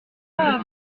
pas